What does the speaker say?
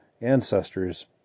ancestors